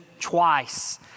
twice